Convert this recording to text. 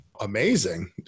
amazing